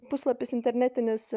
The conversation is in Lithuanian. puslapis internetinis